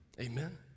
Amen